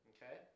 Okay